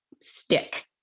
stick